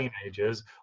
teenagers